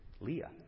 Leah